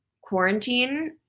quarantine